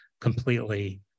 completely